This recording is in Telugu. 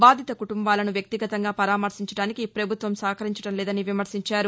బాధిత కుటుంబాలను వ్యక్తిగతంగా పరామర్భించడానికి పభుత్వం సహకరించడంలేదని విమర్శించారు